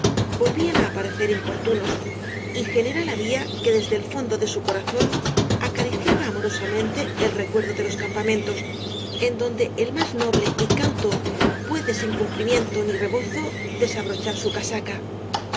volvían á aparecer importunos y general había que desde e fondo de su corazón acariciaba amorosamente el recuerdo de los campamentos en donde el más noble y cauto puede sin cumplimiento ni rebozo desabrochar su casaca